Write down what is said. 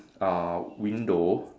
uh window